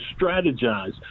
strategize